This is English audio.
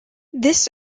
this